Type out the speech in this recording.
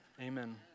amen